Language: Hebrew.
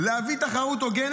להביא תחרות הוגנת,